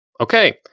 Okay